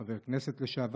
חבר כנסת לשעבר,